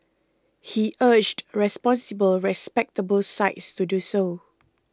he urged responsible respectable sites to do so